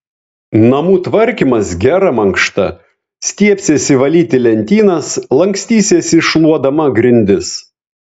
namų tvarkymas gera mankšta stiebsiesi valyti lentynas lankstysiesi šluodama grindis